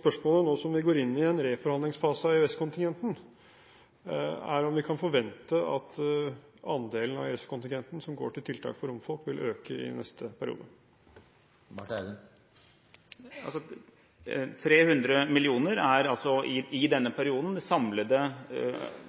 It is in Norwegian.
Spørsmålet nå som vi går inn i en reforhandlingsfase av EØS-kontingenten, er om vi kan forvente at andelen av EØS-kontingenten som går til tiltak for romfolk, vil øke i neste periode. 300 mill. kr er altså i denne perioden det samlede